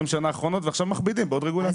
השנים האחרונות ועכשיו מכבידים בעוד רגולציה.